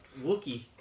Wookie